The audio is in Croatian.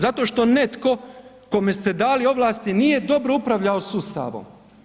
Zato što netko kome ste dali ovlasti nije dobro upravljao sustavom.